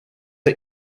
hij